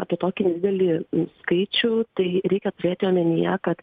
apie tokį nedidelį skaičių tai reikia turėti omenyje kad